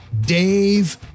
Dave